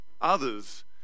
others